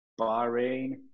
Bahrain